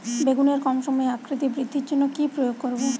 বেগুনের কম সময়ে আকৃতি বৃদ্ধির জন্য কি প্রয়োগ করব?